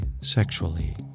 sexually